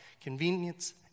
convenience